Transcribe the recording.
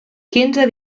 quinze